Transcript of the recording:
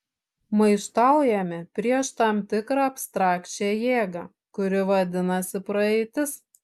maištaujame prieš tam tikrą abstrakčią jėgą kuri vadinasi praeitis